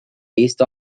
based